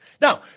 now